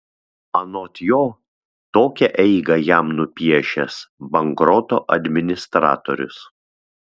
anot jo tokią eigą jam nupiešęs bankroto administratorius